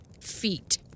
feet